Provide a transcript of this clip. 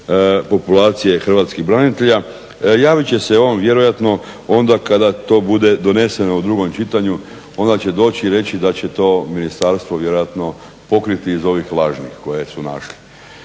populacije hrvatskih branitelja. Javit će se on vjerojatno onda kada to bude doneseno u drugom čitanju, onda će doći i reći da će to ministarstvo vjerojatno pokriti iz ovih lažnih koje su našli.